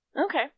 Okay